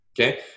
okay